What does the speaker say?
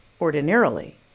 ordinarily